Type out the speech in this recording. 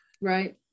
Right